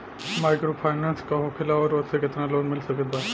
Microfinance का होखेला और ओसे केतना लोन मिल सकत बा?